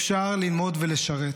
אפשר ללמוד ולשרת.